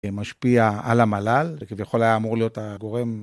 משפיע על המל"ל, כביכול היה אמור להיות הגורם.